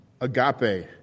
Agape